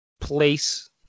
place